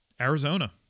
Arizona